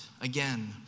Again